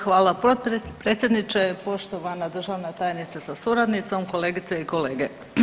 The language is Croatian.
Hvala potpredsjedniče, poštovana državna tajnice sa suradnicom, kolegice i kolege.